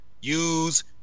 use